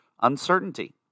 uncertainty